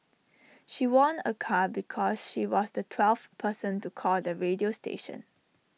she won A car because she was the twelfth person to call the radio station